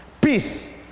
Peace